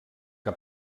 que